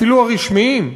אפילו הרשמיים,